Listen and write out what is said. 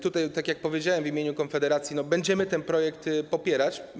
Tak jak powiedziałem w imieniu Konfederacji, będziemy ten projekt popierać.